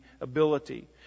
ability